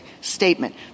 statement